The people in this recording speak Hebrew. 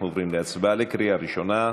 אנחנו עוברים להצבעה בקריאה ראשונה.